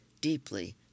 Deeply